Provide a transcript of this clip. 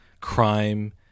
crime